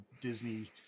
disney